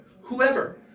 Whoever